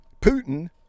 Putin